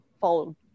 follow